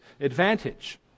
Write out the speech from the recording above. advantage